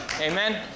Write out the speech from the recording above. amen